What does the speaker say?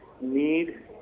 need